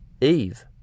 Eve